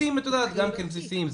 פרטים בסיסיים,